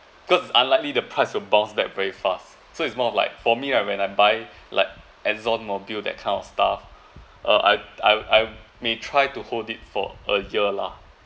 cause unlikely the price will bounce back very fast so it's more of like for me ah when I buy like ExxonMobil that kind of stuff ah I I I may try to hold it for a year lah